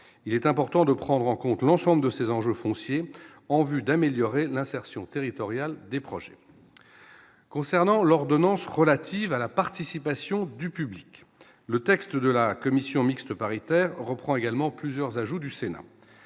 il est important de prendre en compte l'ensemble de ces enjeux fonciers en vue d'améliorer l'insertion territoriale des projets concernant l'ordonnance relative à la participation du public le texte de la commission mixte paritaire reprend également plusieurs ajouts du Sénat